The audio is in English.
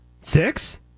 Six